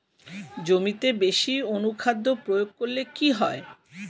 জমিতে বেশি অনুখাদ্য প্রয়োগ করলে কি হয়?